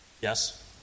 Yes